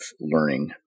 learning